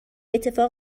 اتفاق